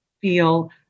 feel